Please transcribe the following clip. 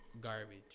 garbage